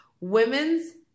Women's